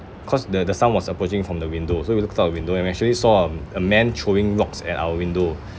cause the the sound was approaching from the window so we looked out the window and we actually saw a a man throwing logs at our window